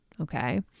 Okay